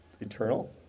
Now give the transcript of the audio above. eternal